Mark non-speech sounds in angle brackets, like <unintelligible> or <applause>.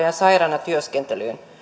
<unintelligible> ja sairaana työskentelyyn